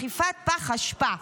דחיפת פח אשפה".